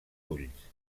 ulls